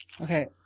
Okay